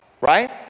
right